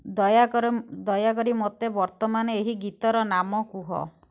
ଦୟାକର ଦୟାକରି ମୋତେ ବର୍ତ୍ତମାନ ଏହି ଗୀତର ନାମ କୁହ